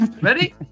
Ready